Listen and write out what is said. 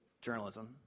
journalism